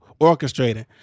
orchestrating